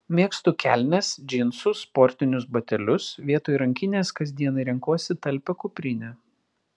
mėgstu kelnes džinsus sportinius batelius vietoj rankinės kasdienai renkuosi talpią kuprinę